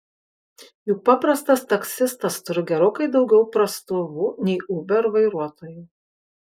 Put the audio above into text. juk paprastas taksistas turi gerokai daugiau prastovų nei uber vairuotojai